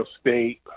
State